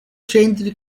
centri